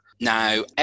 Now